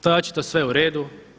To je očito sve u redu.